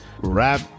Rap